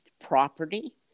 property